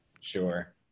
sure